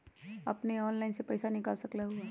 अपने ऑनलाइन से पईसा निकाल सकलहु ह?